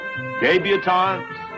Debutantes